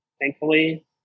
thankfully